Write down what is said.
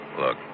Look